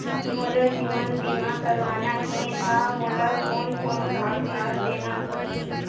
मोला जीवन बीमा करवाना हे ता मोला कोन कोन कागजात देना पड़ही?